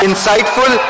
Insightful